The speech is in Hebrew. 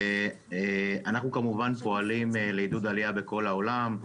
אנחנו כמובן פועלים לעידוד עלייה בכל העולם.